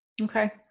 Okay